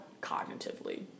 cognitively